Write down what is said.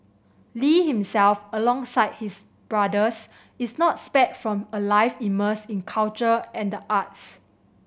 Lee himself alongside all his brothers is not spared from a life immersed in culture and the arts